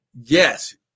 yes